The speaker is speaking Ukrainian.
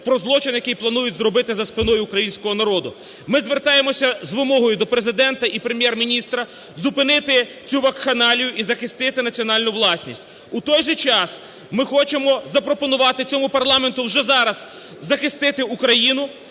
про злочин, який планують зробити за спиною українського народу. Ми звертаємося з вимогою до Президента і Прем'єр-міністра зупинити цю вакханалію і захистити національну власність. У той же час ми хочемо запропонувати цьому парламенту вже зараз захистити Україну